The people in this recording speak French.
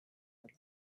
avec